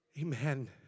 Amen